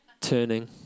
turning